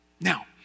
Now